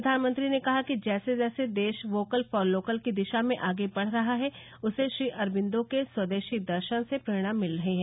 प्रधानमंत्री ने कहा कि जैसे जैसे देश वोकल फॉर लोकल की दिशा में आगे बढ़ रहा है उसे श्री अरबिंदो के स्वदेशी दर्शन से प्रेरणा मिल रही है